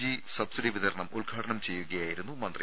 G subsidy വിതരണം ഉദ്ഘാടനം ചെയ്യുകയായിരുന്നു മന്ത്രി